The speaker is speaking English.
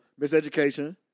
miseducation